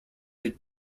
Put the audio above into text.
had